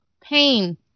pain